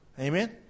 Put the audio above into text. Amen